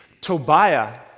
Tobiah